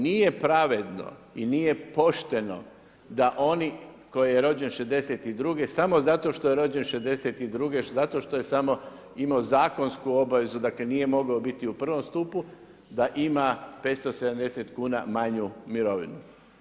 Nije pravedno i nije pošteno da onaj koji je rođen '62.samo zato što je rođen '62., zato što je samo imao zakonsku obavezu, dakle nije mogao biti u prvom stupu, da imam 570 kuna manju mirovinu.